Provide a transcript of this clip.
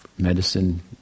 Medicine